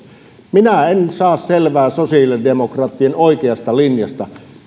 minä en saa selvää sosiaalidemokraattien oikeasta linjasta